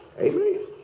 Amen